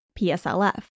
PSLF